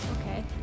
Okay